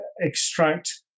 extract